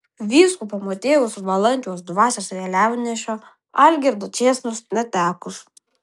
vyskupo motiejaus valančiaus dvasios vėliavnešio algirdo čėsnos netekus